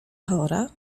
chora